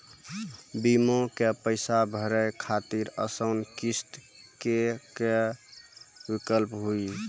बीमा के पैसा भरे खातिर आसान किस्त के का विकल्प हुई?